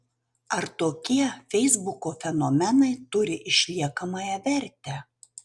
ar tokie feisbuko fenomenai turi išliekamąją vertę